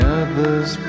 others